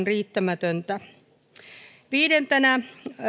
riittämätöntä viidentenä ongelmana nousee